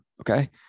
okay